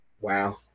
Wow